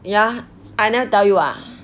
ya I never tell you ah